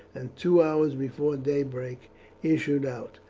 and two hours before daybreak issued out.